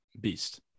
beast